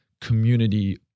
community